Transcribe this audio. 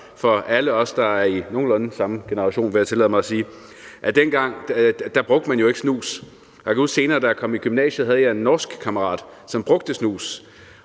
for alle os, der er i nogenlunde samme generation, vil jeg tillade mig at sige, nemlig at dengang brugte man ikke snus. Jeg kan huske, at jeg senere, da jeg kom i gymnasiet, havde en norsk kammerat, som brugte snus,